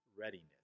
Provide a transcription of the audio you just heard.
readiness